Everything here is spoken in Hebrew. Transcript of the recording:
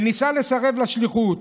הוא ניסה לסרב לשליחות.